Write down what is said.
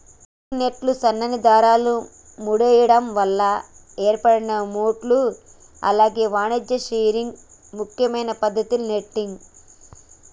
fishing నెట్లు సన్నని దారాన్ని ముడేయడం వల్ల ఏర్పడిన మెష్లు అలాగే వాణిజ్య ఫిషింగ్ ముఖ్యమైన పద్దతి నెట్టింగ్